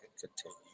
continue